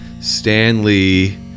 Stanley